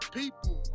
people